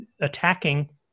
attacking